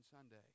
Sunday